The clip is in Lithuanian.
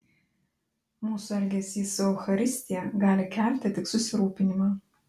mūsų elgesys su eucharistija gali kelti tik susirūpinimą